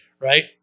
right